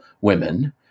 women